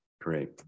great